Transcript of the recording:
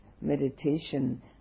meditation